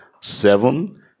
seven